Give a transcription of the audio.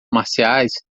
marciais